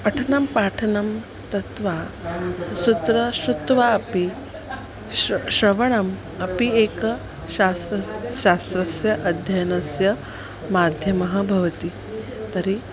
पठनं पाठनं दत्त्वा सूत्रं श्रुत्वा अपि श श्रवणम् अपि एकं शास्त्रं शास्त्रस्य अध्ययनस्य माध्यमेन भवति तर्हि